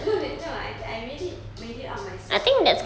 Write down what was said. no lah no lah I I made it made it up myself